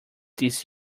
this